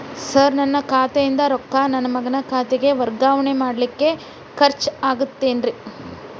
Sir ನನ್ನ ಖಾತೆಯಿಂದ ರೊಕ್ಕ ನನ್ನ ಮಗನ ಖಾತೆಗೆ ವರ್ಗಾವಣೆ ಮಾಡಲಿಕ್ಕೆ ಖರ್ಚ್ ಆಗುತ್ತೇನ್ರಿ?